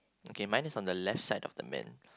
okay mine is on the left side of the man